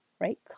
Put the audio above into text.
right